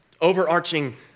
overarching